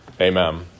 Amen